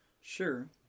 Sure